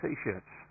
T-shirts